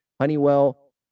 Honeywell